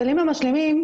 הכלים המשלימים,